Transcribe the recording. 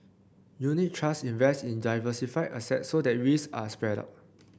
unit trust invest in diversified assets so that risk are spread out